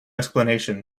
explanation